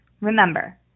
Remember